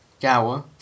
Gower